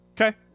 Okay